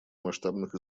масштабных